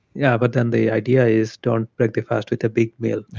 yeah but then the idea is don't break the fast with a big meal.